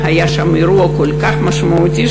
והיה שם אירוע כל כך משמעותי,